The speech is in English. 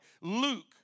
Luke